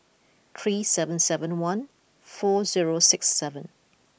three seven seven one four zero six seven